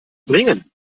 bringen